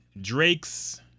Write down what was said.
Drake's